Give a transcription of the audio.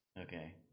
Okay